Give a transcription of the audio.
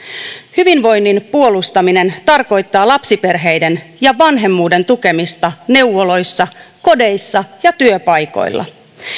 hyvinvoinnin puolustaminen tarkoittaa lapsiperheiden ja vanhemmuuden tukemista neuvoloissa kodeissa ja työpaikoilla